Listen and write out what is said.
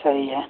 सही है